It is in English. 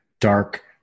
dark